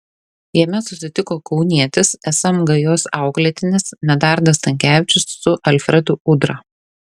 jame susitiko kaunietis sm gajos auklėtinis medardas stankevičius su alfredu udra